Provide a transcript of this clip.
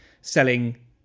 selling